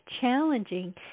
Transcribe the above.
challenging